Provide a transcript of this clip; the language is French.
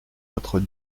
notre